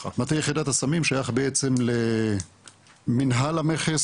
מטה יחידת הסמים שייך בעצם למנהל המכס,